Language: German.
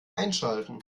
einschalten